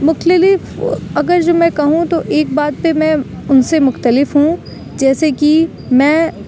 مخللف اگر جو میں کہوں تو ایک بات پہ میں ان سے مختلف ہوں جیسے کہ میں